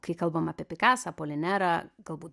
kai kalbam apie pikasą apolinerą galbūt